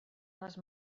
les